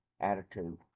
attitude